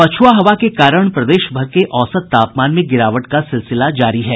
पछ्आ हवा के कारण प्रदेश भर के औसत तापमान में गिरावट का सिलसिला जारी है